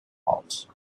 halt